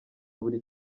buri